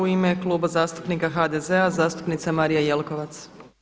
U ime Kluba zastupnika HDZ-a zastupnica Marija Jelkovac.